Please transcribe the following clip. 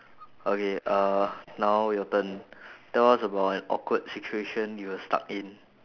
okay uh now your turn tell us about an awkward situation you were stuck in